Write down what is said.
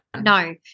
No